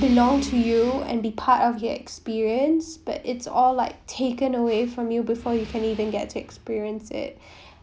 belong to you and be part of the experience but it's all like taken away from you before you can even get to experience it